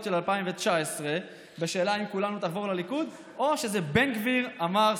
של 2019 בשאלה אם כולנו תחבור לליכוד או שזה בן-גביר אמר,